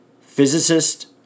Physicist